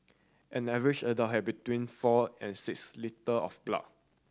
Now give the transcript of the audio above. an average adult has between four and six litre of blood